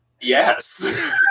Yes